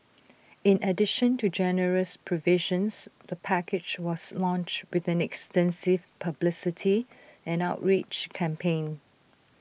in addition to generous provisions the package was launched with an extensive publicity and outreach campaign